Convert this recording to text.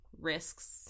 risks